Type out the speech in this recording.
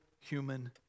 human